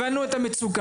הבנו את המצוקה.